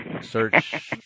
search